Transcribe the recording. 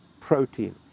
protein